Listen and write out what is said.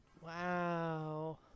Wow